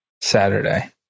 Saturday